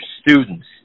students